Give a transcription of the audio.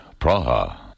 Praha